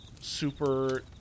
super